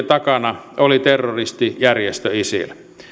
takana oli terroristijärjestö isil